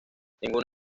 ninguna